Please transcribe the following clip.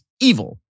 evil